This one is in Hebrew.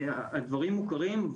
הדברים מוכרים,